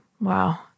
Wow